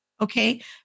okay